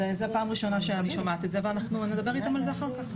אז זה פעם ראשונה שאני שומעת את זה ואנחנו נדבר איתם על זה אחר כך.